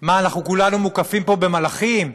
מה, אנחנו כולנו מוקפים פה במלאכים?